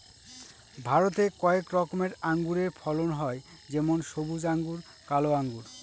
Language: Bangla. ভারতে কয়েক রকমের আঙুরের ফলন হয় যেমন সবুজ আঙ্গুর, কালো আঙ্গুর